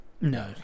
No